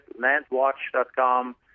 Landwatch.com